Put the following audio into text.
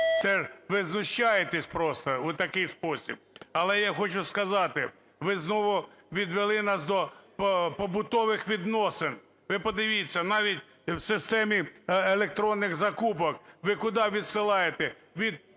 ви знущаєтесь просто у такий спосіб. Але я хочу сказати, ви знову відвели нас до побутових відносин. Ви подивіться, навіть в системі електронних закупок ви куди відсилаєте? Від